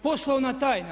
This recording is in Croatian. Poslovna tajna!